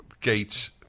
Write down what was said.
gates